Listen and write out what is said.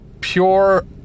pure